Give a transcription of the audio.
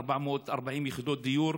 440 יחידות דיור,